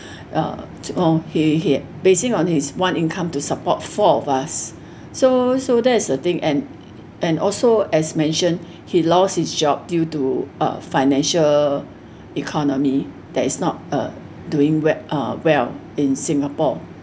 uh uh he he basing on his one income to support four of us so so that is the thing and and also as mentioned he lost his job due to uh financial economy that is not uh doing we~ uh well in singapore